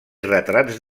retrats